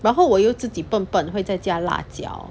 然后我又自己笨苯会再加辣椒